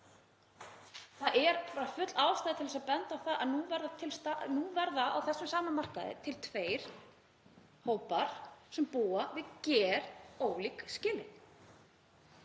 Það er full ástæða til að benda á það að nú verða á þessum sama markaði til tveir hópar sem búa við gerólík skilyrði,